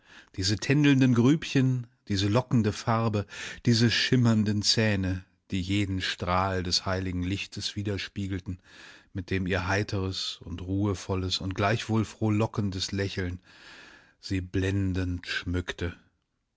diese tändelnden grübchen diese lockende farbe diese schimmernden zähne die jeden strahl des heiligen lichtes widerspiegelten mit dem ihr heiteres und ruhevolles und gleichwohl frohlockendes lächeln sie blendend schmückte